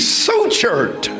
sutured